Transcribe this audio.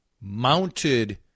mounted